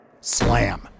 Slam